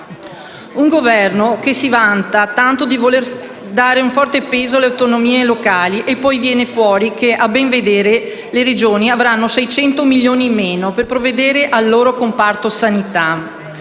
un Governo che si vanta tanto di voler dare un forte peso alle autonomie locali e poi viene fuori che, a ben vedere, le Regioni avranno 600 milioni in meno per provvedere al loro comparto sanità.